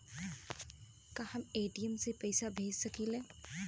का हम ए.टी.एम से पइसा भेज सकी ले?